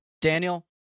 daniel